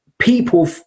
people